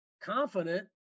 confident